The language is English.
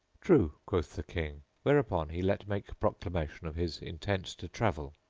true, quoth the king whereupon he let make proclamation of his in tent to travel,